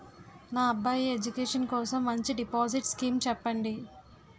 నా అబ్బాయి ఎడ్యుకేషన్ కోసం మంచి డిపాజిట్ స్కీం చెప్పండి